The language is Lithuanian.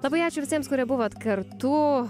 labai ačiū visiems kurie buvot kartu